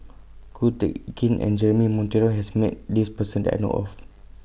Ko Teck Kin and Jeremy Monteiro has Met This Person that I know of